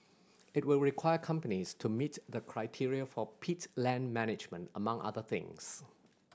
it will require companies to meet the criteria for peat land management among other things